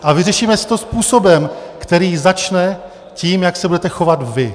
A vyřešíme si to způsobem, který začne tím, jak se budete chovat vy.